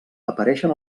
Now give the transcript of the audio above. apareixen